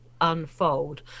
unfold